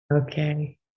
Okay